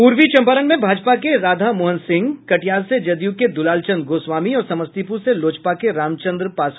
पूर्वी चंपारण में भाजपा के राधामोहन सिंह कटिहार से जदयू के दुलालचंद गोस्वामी और समस्तीपुर से लोजपा के रामचंद्र पासवान आगे चल रहे हैं